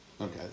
okay